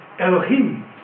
Elohim